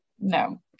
No